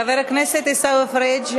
חבר הכנסת עיסאווי פריג',